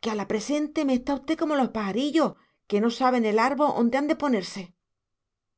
que a la presente me está usté como los pajariyos que no saben el árbol onde han de ponerse